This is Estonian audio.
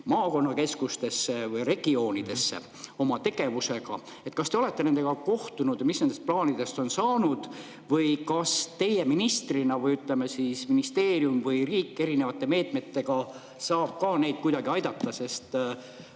maakonnakeskustesse või regioonidesse oma tegevusega. Kas te olete nendega kohtunud? Mis nendest plaanidest on saanud? Või kas teie ministrina või, ütleme siis, ministeerium või riik erinevate meetmetega saab ka neid kuidagi aidata, sest